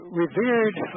revered